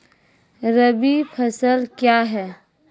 रबी फसल क्या हैं?